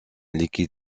liquide